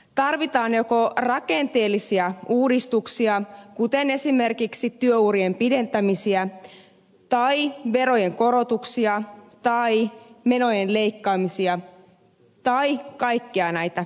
tarvitaan joko rakenteellisia uudistuksia kuten esimerkiksi työurien pidentämisiä tai verojen korotuksia tai menojen leikkaamisia tai kaikkia näitä yhdessä